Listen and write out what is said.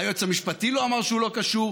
היועץ המשפטי לא אמר שהוא לא קשור.